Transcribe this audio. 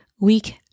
week